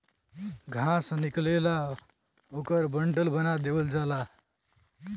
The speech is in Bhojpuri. घास निकलेला ओकर बंडल बना देवल जाला